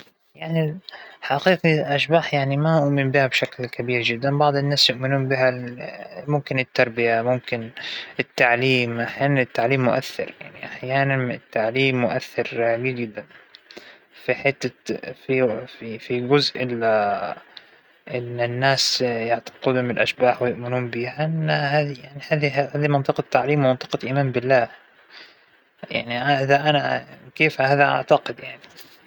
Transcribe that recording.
أنا الحمد لله فى العموم كل أوقاتى الحمد لله محظوظة، وناجحة ما فى شى بعينه أحكى عنه، كبرت، دخلت الكلية اللى كنت أبيها، نجحت بدراستى، تفوقت فيها، تزوجت إنسان مرة محترم، أنجبت أطفال، ف الحمد لله، أنا الحمد- محظوظة بحياتى كلها.